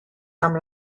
amb